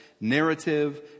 narrative